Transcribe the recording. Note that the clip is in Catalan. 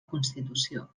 constitució